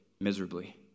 miserably